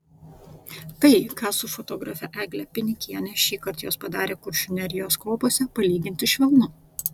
tai ką su fotografe egle pinikiene šįkart jos padarė kuršių nerijos kopose palyginti švelnu